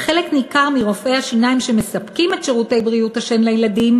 וחלק ניכר מרופאי השיניים שמספקים את שירותי בריאות השן לילדים